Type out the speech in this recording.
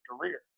career